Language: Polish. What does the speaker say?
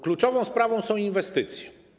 Kluczową sprawą są inwestycje.